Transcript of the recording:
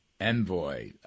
envoy